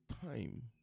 time